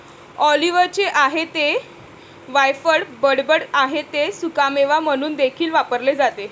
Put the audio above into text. ऑलिव्हचे आहे ते वायफळ बडबड आहे ते सुकामेवा म्हणून देखील वापरले जाते